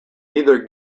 neither